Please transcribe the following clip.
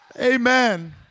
Amen